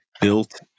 built